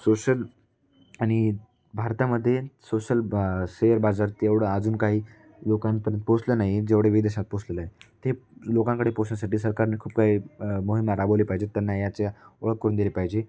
social आणि भारतामध्ये social ब शेअर बाजार तेवढं अजून काही लोकांपर्यंत पोहोचलं नाही जेवढे विदेशात पोचलेलं आहे ते लोकांकडे पोहोचण्यासाठी सरकारने खूप काही मोहिमा राबवली पाहिजेत त्यांना याच्या ओळख करून दिली पाहिजे